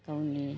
गावनि